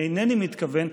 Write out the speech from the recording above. אינני מתכוון,